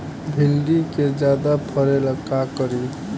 भिंडी के ज्यादा फरेला का करी?